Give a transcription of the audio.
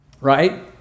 Right